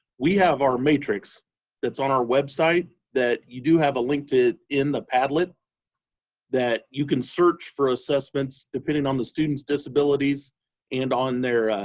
we have our matrix that's on our website that you do have a link to in the padlet that you can search for assessments, depending on the student's disabilities and on their